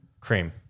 Cream